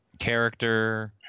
character